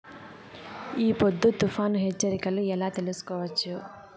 ఈ పొద్దు తుఫాను హెచ్చరికలు ఎలా తెలుసుకోవచ్చు?